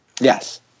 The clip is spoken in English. Yes